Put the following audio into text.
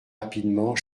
rapidement